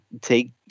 take